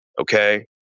Okay